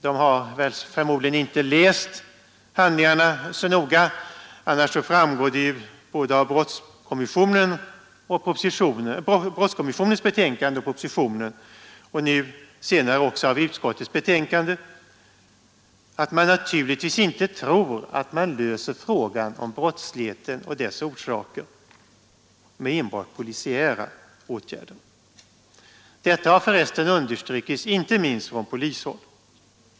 De har förmodligen inte läst handlingarna så noga, för det framgår ju såväl av brottskommissionens betänkande som av propositionen och nu senare också av utskottets betänkande, att man naturligtvis inte tror att problemet i fråga om brottsligheten och dess orsaker löses enbart med polisiära åtgärder. Detta har för resten understrukits inte minst från polishåll.